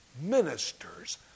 Ministers